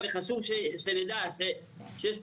ולהגיד איפה